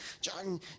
John